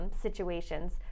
situations